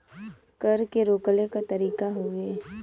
कर के रोकले क तरीका हउवे